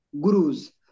gurus